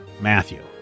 Matthew